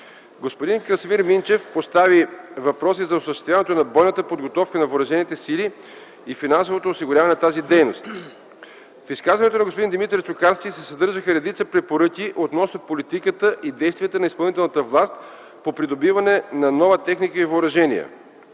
Господин Красимир Минчев постави въпроси за осъществяването на бойната подготовка на въоръжените сили и финансовото осигуряване на тази дейност. В изказването на господин Димитър Чукарски се съдържаха редица препоръки относно политиката и действията на изпълнителната власт по придобиване на нова техника и въоръжения.